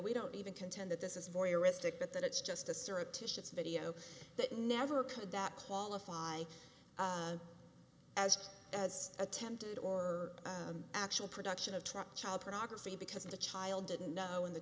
we don't even contend that this is voyeuristic but that it's just a surreptitious video that never could that qualify as as attempted or actual production of truck child pornography because the child didn't know when the